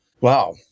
wow